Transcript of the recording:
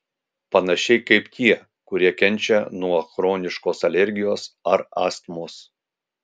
panašiai kaip tie kurie kenčia nuo chroniškos alergijos ar astmos